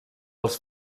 els